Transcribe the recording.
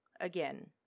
Again